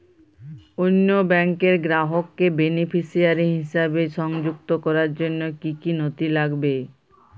অন্য ব্যাংকের গ্রাহককে বেনিফিসিয়ারি হিসেবে সংযুক্ত করার জন্য কী কী নথি লাগবে?